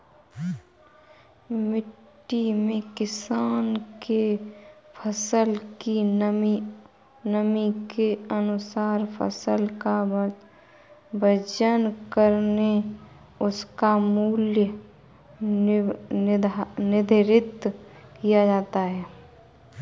मंडी में किसानों के फसल की नमी के अनुसार फसल का वजन करके उसका मूल्य निर्धारित किया जाता है